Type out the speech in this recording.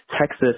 Texas